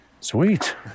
Sweet